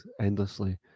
endlessly